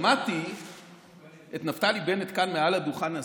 שמעתי את נפתלי בנט כאן מעל הדוכן הזה,